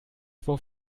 vor